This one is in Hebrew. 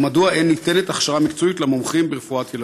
7. מדוע אין ניתנת הכשרה מקצועית למומחים ברפואת ילדים?